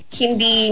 hindi